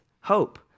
hope